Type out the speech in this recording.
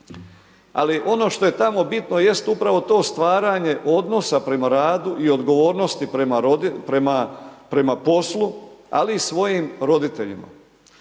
Ali ono što je tamo bitno jest upravo to stvaranje odnosa prema radu i odgovornosti prema poslu, ali i svojim roditeljima.